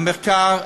המחקר,